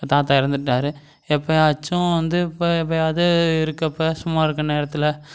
தாத்தா இறந்துட்டாரு எப்பவாச்சும் வந்து இப்போ எப்பயாவது இருக்கப்போ சும்மா இருக்க நேரத்தில்